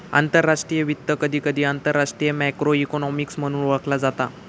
आंतरराष्ट्रीय वित्त, कधीकधी आंतरराष्ट्रीय मॅक्रो इकॉनॉमिक्स म्हणून ओळखला जाता